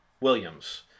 Williams